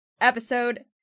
episode